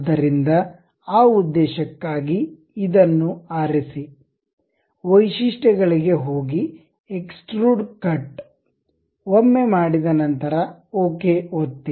ಆದ್ದರಿಂದ ಆ ಉದ್ದೇಶಕ್ಕಾಗಿ ಇದನ್ನು ಆರಿಸಿ ವೈಶಿಷ್ಟ್ಯ ಗಳಿಗೆ ಹೋಗಿ ಎಕ್ಸ್ಟ್ರುಡ್ ಕಟ್ ಒಮ್ಮೆ ಮಾಡಿದ ನಂತರ ಓಕೆ ಒತ್ತಿ